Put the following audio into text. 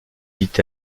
dit